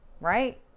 right